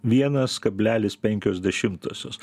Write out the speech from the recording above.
vienas kablelis penkios dešimtosios